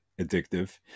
addictive